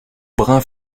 brun